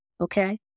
okay